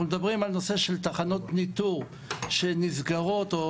אנחנו מדברים על נושא של תחנות ניטור שנסגרות או